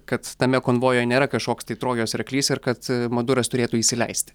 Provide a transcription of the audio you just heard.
kad tame konvojuje nėra kažkoks tai trojos arklys ir kad mundurasmaduro turėtų įsileisti